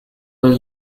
will